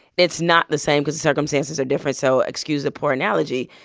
it's not the same because the circumstances are different. so excuse the poor analogy.